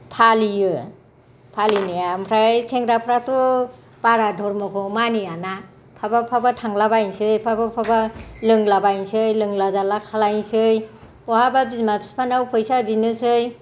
फालियो फालिनाया ओमफ्राय सेंग्राफ्राथ' बारा धोरोमखौ मानिया ना बहाबा बहाबा थांलाबायनोसै बहाबा बहाबा लोंलाबायनोसै लोंला जाला खालायनोसै बहाबा बिमा बिफानाव फैसा बिनोसै